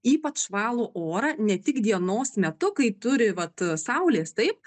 ypač valo orą ne tik dienos metu kai turi vat saulės taip